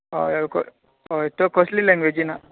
हय हय कस हय त्यो कसल्यो लेंगवेजीन